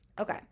okay